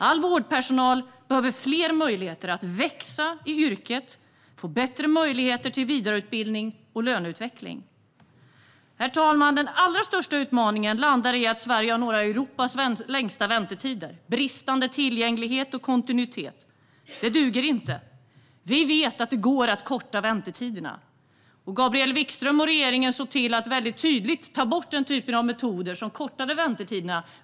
All vårdpersonal behöver fler möjligheter att växa i yrket, bättre möjligheter till vidareutbildning och löneutveckling. Herr talman! Den allra största utmaningen handlar om att Sverige har några av Europas längsta väntetider, bristande tillgänglighet och kontinuitet. Det duger inte. Vi vet att det går att korta väntetiderna. Gabriel Wikström och regeringen såg till att väldigt tydligt ta bort metoder som kortar väntetiderna.